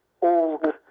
old